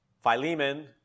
Philemon